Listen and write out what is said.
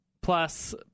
plus